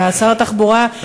אתה שר התחבורה,